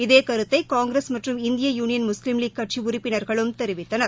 இதே கருத்தை காங்கிரஸ் மற்றும் இந்திய யுனியன் முஸ்லீம் லீக் கட்சி உறுப்பினர்களும் தெரிவித்தனர்